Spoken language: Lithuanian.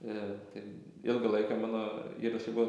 ir tai ilgą laiką mano įrašai buvo